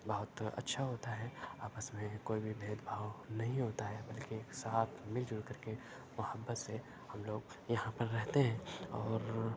بہت اچھا ہوتا ہے آپس میں کوئی بھی بھید بھاؤ نہیں ہوتا ہے بلکہ ایک ساتھ مل جل کر کے محبت سے ہم لوگ یہاں پر رہتے ہیں اور